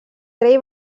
rei